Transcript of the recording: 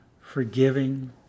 forgiving